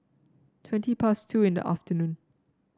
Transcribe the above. twenty past two in the afternoon